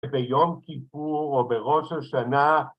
ביום כיפור או בראש השנה